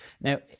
Now